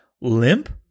LIMP